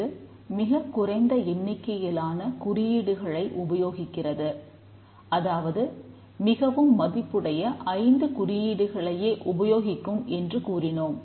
இது மிகக் குறைந்த எண்ணிக்கையிலான குறியீடுகளை உபயோகிக்கிறது அதாவது மிகவும் மதிப்புடைய 5 குறியீடுகளையே உபயோகிக்கும் என்று கூறினோம்